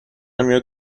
میاد